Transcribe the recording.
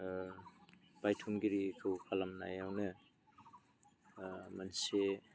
बायथुमगिरिखौ खालामनायावनो मोनसे